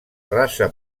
rasa